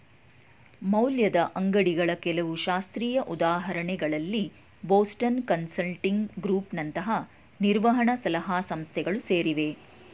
ಮೌಲ್ಯದ ಅಂಗ್ಡಿಗಳ ಕೆಲವು ಶಾಸ್ತ್ರೀಯ ಉದಾಹರಣೆಗಳಲ್ಲಿ ಬೋಸ್ಟನ್ ಕನ್ಸಲ್ಟಿಂಗ್ ಗ್ರೂಪ್ ನಂತಹ ನಿರ್ವಹಣ ಸಲಹಾ ಸಂಸ್ಥೆಗಳು ಸೇರಿವೆ